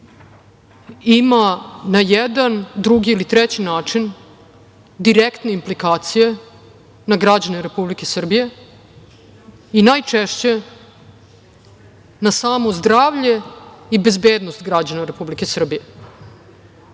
ima na jedan, drugi ili treći način direktne implikacije na građane Republike Srbije i najčešće na samo zdravlje i bezbednost građana Republike Srbije. Sad